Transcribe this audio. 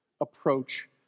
approach